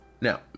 now